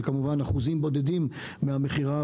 זה כמובן אחוזים בודדים מהמכירה,